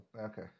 Okay